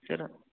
sir